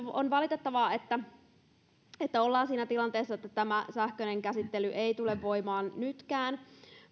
on valitettavaa että että ollaan siinä tilanteessa että tämä sähköinen käsittely ei tule voimaan nytkään